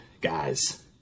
guys